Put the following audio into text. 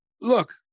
look